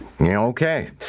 Okay